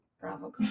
bravo